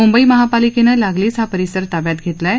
मुंबई महापालिकेनं लागलीच हा परिसर ताब्यात घेतला आहे